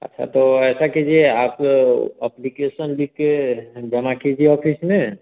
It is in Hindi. अच्छा तो ऐसा कीजिए आप अप्लिकेशन लिख कर जमा कीजिए ऑफिस में